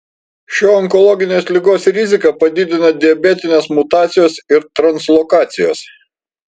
šio onkologinės ligos riziką padidina diabetinės mutacijos ir translokacijos